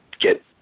get